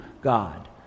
God